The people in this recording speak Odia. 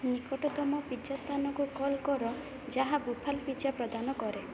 ନିକଟତମ ପିଜ୍ଜା ସ୍ଥାନକୁ କଲ୍ କର ଯାହା ବୁଫାଲୋ ପିଜ୍ଜା ପ୍ରଦାନ କରେ